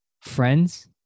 friends